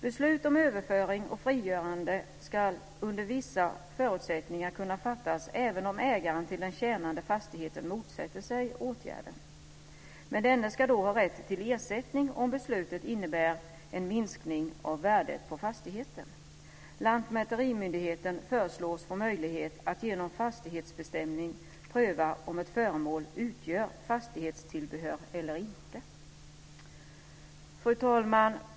Beslut om överföring och frigörande ska under vissa förutsättningar kunna fattas även om ägaren till den tjänande fastigheten motsätter sig åtgärden. Denne ska ha rätt till ersättning om beslutet innebär en minskning av värdet på fastigheten. Lantmäterimyndigheten föreslås få möjlighet att genom fastighetsbestämning pröva om ett föremål utgör fastighetstillbehör eller inte. Fru talman!